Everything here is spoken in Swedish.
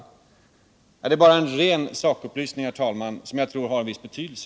Detta är bara en rent saklig upplysning, herr talman, som jag tror har viss betydelse.